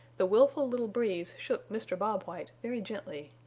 the willful little breeze shook mr. bob white very gently.